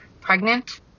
pregnant